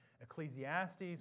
ecclesiastes